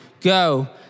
go